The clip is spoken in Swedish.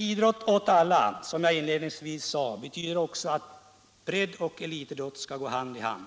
Idrott åt alla innebär vidare, som jag inledningsvis sade, att breddoch elitidrotten skall gå hand i hand.